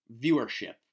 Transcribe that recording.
viewership